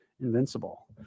Invincible